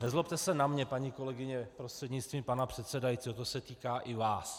Nezlobte se na mě, paní kolegyně prostřednictvím pana předsedajícího, to se týká i vás.